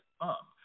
up